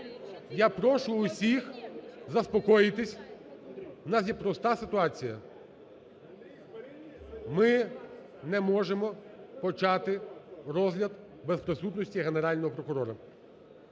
Я прошу всіх заспокоїтись, у нас є проста ситуація, ми не можемо почати розгляд без присутності Генерального прокурора.